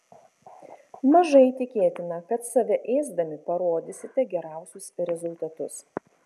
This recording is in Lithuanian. mažai tikėtina kad save ėsdami parodysite geriausius rezultatus